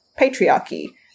patriarchy